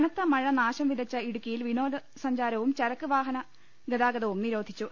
കനത്ത മഴ നാശം വിതച്ച ഇടുക്കിയിൽ വിനോദ സഞ്ചാരവും ചരക്ക് വാഹന ഗതാഗതവും നിരോധിച്ചു